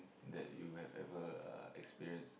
that you have ever uh experienced